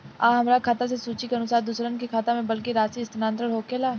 आ हमरा खाता से सूची के अनुसार दूसरन के खाता में बल्क राशि स्थानान्तर होखेला?